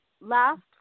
last